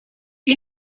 die